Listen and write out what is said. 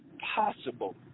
possible